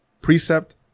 Precept